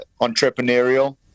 entrepreneurial